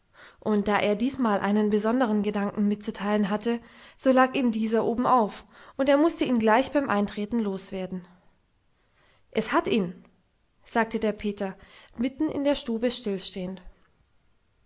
und da er diesmal einen besonderen gedanken mitzuteilen hatte so lag ihm dieser obenauf und er mußte ihn gleich beim eintreten loswerden es hat ihn sagte der peter mitten in der stube stillstehend